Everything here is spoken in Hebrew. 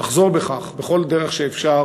ולחזור מכך בכל דרך שאפשר,